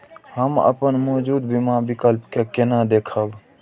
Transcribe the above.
हम अपन मौजूद बीमा विकल्प के केना देखब?